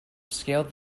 scaled